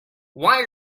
why